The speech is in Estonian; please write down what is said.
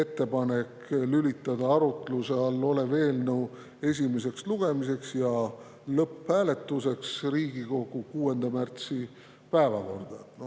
ettepanek lülitada arutluse all olev eelnõu esimeseks lugemiseks ja lõpphääletuseks Riigikogu 6. märtsi [istungi]